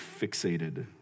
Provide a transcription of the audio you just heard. fixated